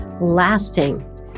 lasting